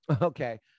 Okay